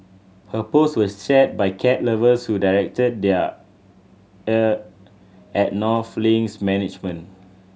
her post was shared by cat lovers who directed their ire at North Link's management